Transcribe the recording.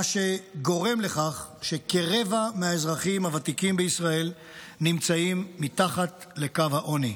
מה שגורם לכך שכרבע מהאזרחים הוותיקים בישראל נמצאים מתחת לקו העוני.